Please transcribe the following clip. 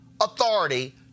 authority